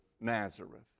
Nazareth